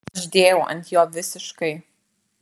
aš dėjau ant jo visiškai